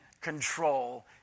control